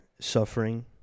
suffering